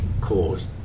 caused